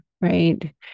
right